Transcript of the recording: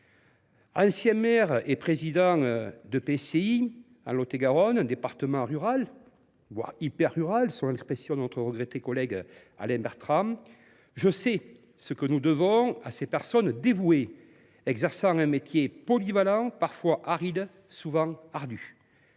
coopération intercommunale de Lot et Garonne, dans un département rural, voire hyper rural, selon l’expression de notre regretté collègue Alain Bertrand, je sais ce que nous devons à ces personnes dévouées, qui exercent un métier polyvalent, parfois aride, souvent ardu.